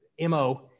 mo